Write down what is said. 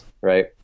right